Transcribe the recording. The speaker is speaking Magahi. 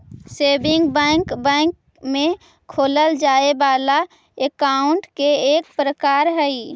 सेविंग बैंक बैंक में खोलल जाए वाला अकाउंट के एक प्रकार हइ